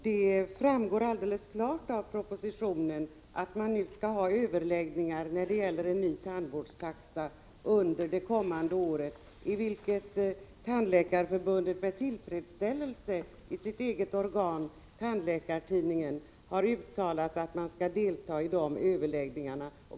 Herr talman! Det framgår klart av propositionen att man under det kommande året skall ha överläggningar när det gäller en ny tandvårdstaxa. Tandläkarförbundet har i sitt eget organ, Tandläkartidningen, med tillfredsställelse uttalat att man med stort intresse kommer att delta i överläggningarna.